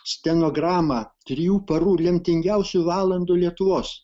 stenogramą trijų parų lemtingiausių valandų lietuvos